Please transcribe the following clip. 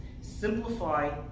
Simplify